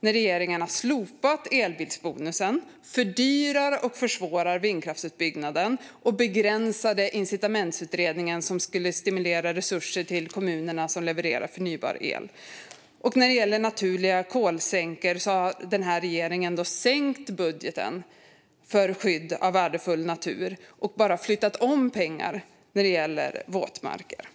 regeringen har slopat elbilsbonusen, fördyrat och försvårat vindkraftsutbyggnaden och begränsat incitamentsutredningen för att stimulera resurser till kommuner som levererar förnybar el. När det gäller naturliga kolsänkor har regeringen sänkt budgeten för skydd av värdefull natur och bara flyttat om pengar för våtmarker.